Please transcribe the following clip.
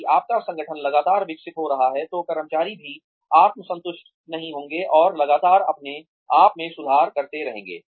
यदि आपका संगठन लगातार विकसित हो रहा है तो कर्मचारी भी आत्मसंतुष्ट नहीं होंगे और लगातार अपने आप में सुधार करते रहेंगे